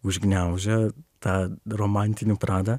užgniaužia tą romantinį pradą